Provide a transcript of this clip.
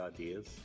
ideas